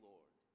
Lord